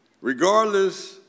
Regardless